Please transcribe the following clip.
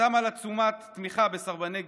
חתם על עצומת תמיכה בסרבני גיוס,